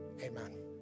Amen